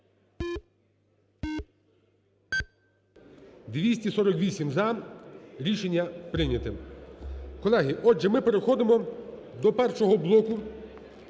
За-248 Рішення прийняте. Колеги, отже, ми переходимо до першого боку,